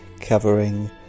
covering